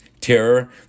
terror